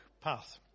path